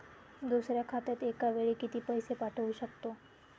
दुसऱ्या खात्यात एका वेळी किती पैसे पाठवू शकतो?